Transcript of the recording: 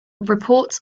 reports